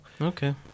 Okay